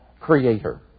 creator